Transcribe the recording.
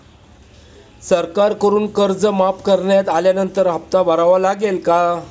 सरकारकडून कर्ज माफ करण्यात आल्यानंतर हप्ता भरावा लागेल का?